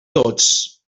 tots